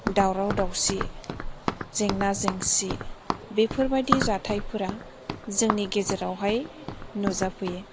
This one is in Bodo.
दावराव दावसि जेंना जेंसि बेफोर बायदि जाथायफोरा जोंनि गेजेरावहाय नुजा फैयो